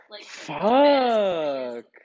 fuck